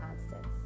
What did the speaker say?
constants